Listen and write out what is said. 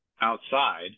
outside